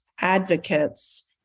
advocates